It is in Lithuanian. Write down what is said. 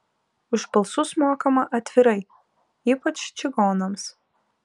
už balsus mokama atvirai ypač čigonams